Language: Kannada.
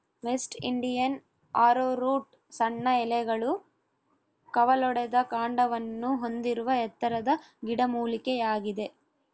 ವೆಸ್ಟ್ ಇಂಡಿಯನ್ ಆರೋರೂಟ್ ಸಣ್ಣ ಎಲೆಗಳು ಕವಲೊಡೆದ ಕಾಂಡವನ್ನು ಹೊಂದಿರುವ ಎತ್ತರದ ಗಿಡಮೂಲಿಕೆಯಾಗಿದೆ